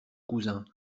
cousin